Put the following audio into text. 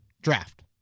Draft